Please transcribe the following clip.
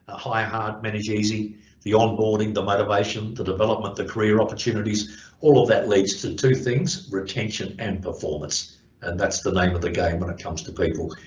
hire hard manage easy the onboarding, the motivation, the development, the career opportunities all of that leads to two things retention and performance and that's the name of the game when it comes to people,